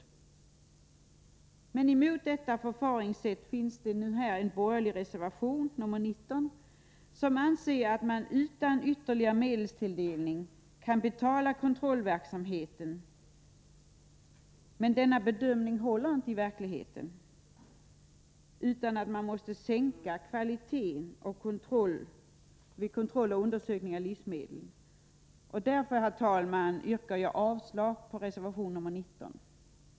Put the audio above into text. I en borgerlig reservation, nr 19, går man nu emot detta förfaringssätt. Reservanterna anser att man utan ytterligare medelstilldelning kan betala kontrollverksamheten. Men denna bedömning håller inte i verkligheten, utan att man måste sänka kvaliteten vid kontroll och undersökning av livsmedel. Därför, herr talman, yrkar jag avslag på reservation nr 19.